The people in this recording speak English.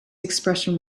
expression